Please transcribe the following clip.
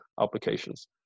applications